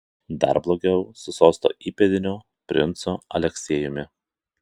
dar blogiau su sosto įpėdiniu princu aleksiejumi